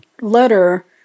letter